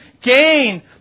gain